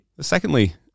Secondly